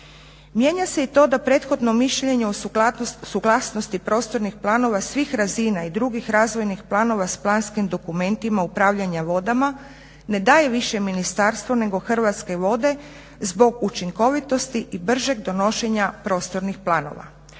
Mijenja se i to da prethodno mišljenje u suglasnosti prostornih planova svih razina i drugih razvojnih planova s planskim dokumentima upravljanja vodama ne daje više Ministarstvo nego Hrvatske vode zbog učinkovitosti i bržeg donošenja prostornih planova.